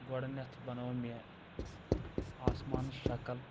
گۄڈٕنٮ۪تھ بَنوٚو مےٚ آسمانٕچ شَکل